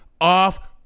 off